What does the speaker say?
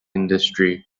industry